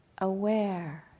Aware